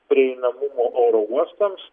prieinamumo oro uostams